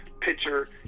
pitcher